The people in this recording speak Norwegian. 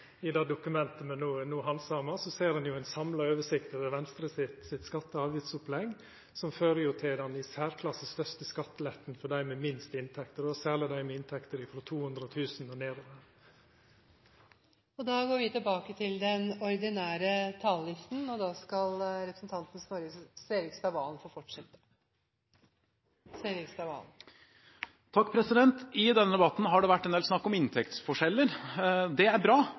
i det dokumentet me no handsamar, ser han ei samla oversikt over Venstre sitt skatte- og avgiftsopplegg, som fører til den i særklasse største skatteletten for dei med minst inntekt, og då særleg for dei med inntekter frå 200 000 kr og nedover. Replikkordskiftet er omme. I denne debatten har det vært en del snakk om inntektsforskjeller – det er bra